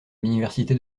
l’université